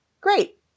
great